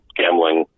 gambling